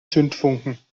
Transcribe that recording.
zündfunken